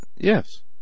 Yes